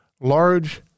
large